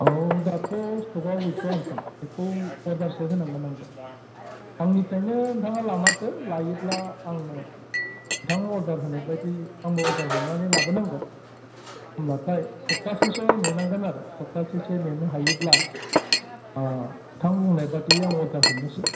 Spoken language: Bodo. औ दाथ' स्टकआव गैथ'आ नोंथां बेखौ अरदार होनांगोन नों आंनिफ्रायनो नोंथाङा लामारदो लायोब्ला आङो नोंथाङा अरदार होनाय बायदि आंबो अरदार हरनानै लाबोनांगोन होमब्लाथाय सप्तासेसो नेनांगोन आरो सप्तासेसो नेनो हायोब्ला नोंथां बुंनायबायदि आं अरदार हरनोसै